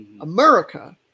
America